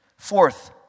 Fourth